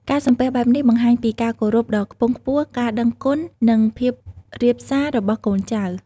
ការសំពះបែបនេះបង្ហាញពីការគោរពដ៏ខ្ពង់ខ្ពស់ ការដឹងគុណ និងភាពរាបសារបស់កូនចៅ។